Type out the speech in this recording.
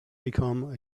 become